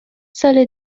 سال